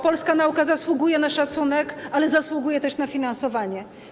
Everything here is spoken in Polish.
Polska nauka zasługuje na szacunek, ale zasługuje też na finansowanie.